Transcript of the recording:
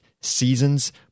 seasons